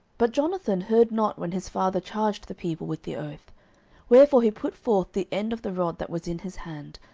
but jonathan heard not when his father charged the people with the oath wherefore he put forth the end of the rod that was in his hand,